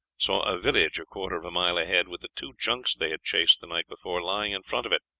saw a village a quarter of a mile ahead, with the two junks they had chased the night before lying in front of it.